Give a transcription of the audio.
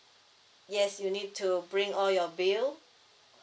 yes you need to bring all your bill